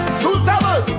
suitable